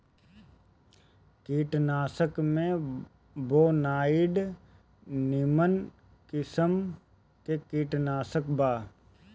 कीटनाशक में बोनाइड निमन किसिम के कीटनाशक बा